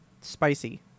spicy